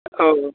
औ